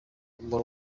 umunwa